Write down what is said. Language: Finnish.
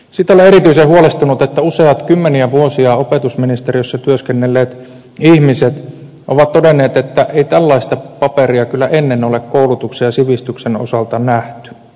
siitä olen erityisen huolestunut että useat kymmeniä vuosia opetusministeriössä työskennelleet ihmiset ovat todenneet että ei tällaista paperia kyllä ennen ole koulutuksen ja sivistyksen osalta nähty